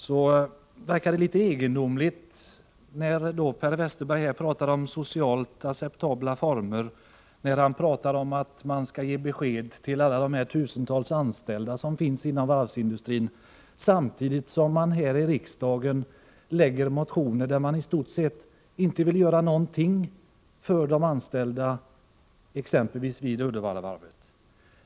Det verkar litet egendomligt när Per Westerberg talar om socialt acceptabla former och om att man skall ge besked till de tusentals anställda som finns inom varvsindustrin, samtidigt som moderaterna här i riksdagen lägger fram motioner vari framgår att de i stort sett inte vill göra någonting för de anställda, exempelvis vid Uddevallavarvet.